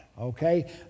Okay